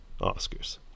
Oscars